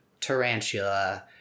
Tarantula